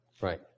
Right